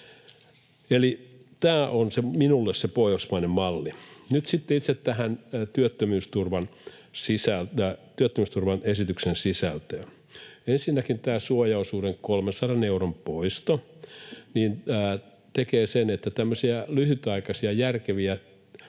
Eli tämä on minulle se pohjoismainen malli. Nyt sitten itse tähän työttömyysturvan esityksen sisältöön. Ensinnäkin tämä suojaosuuden, 300 euron, poisto tekee sen, että tämmöisiä lyhytaikaisia järkeviä